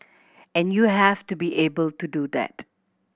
and you have to be able to do that